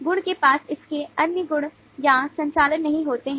गुण के पास इसके अन्य गुण या संचालन नहीं होते हैं